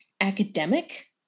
academic